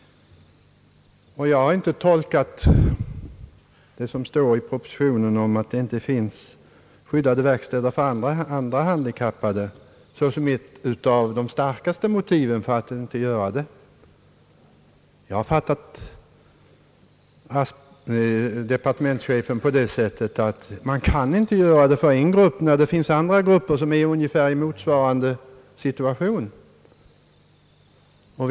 Jag har inte tolkat det som står i propositionen om att det inte finns skyddade verkstäder för andra handikappade såsom ett av de starkaste motiven för att inte ordna detta för de utvecklingsstörda. Jag har förstått departe mentschefen så, att man inte kan ge förmåner till en grupp när det finns andra grupper i ungefär motsvarande situation som inte får sådana.